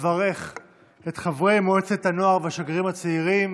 נברך את חברי מועצת הנוער והשגרירים הצעירים